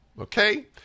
okay